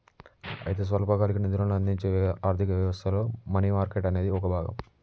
అయితే స్వల్పకాలిక నిధులను అందించే ఆర్థిక వ్యవస్థలో మనీ మార్కెట్ అనేది ఒక భాగం